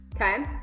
Okay